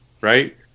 right